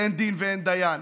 ואין דין ואין דיין?